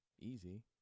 Easy